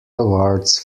awards